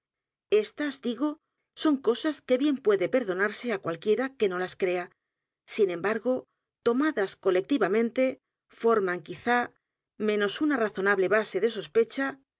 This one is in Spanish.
s digo son cosas que bien puede perdonarse á cualquiera que no las crea sin embargo tomadas colectivamente forman quizá menos una razonable base de sospecha